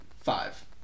Five